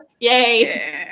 Yay